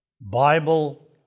Bible